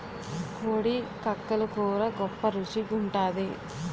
కోడి కక్కలు కూర గొప్ప రుచి గుంటాది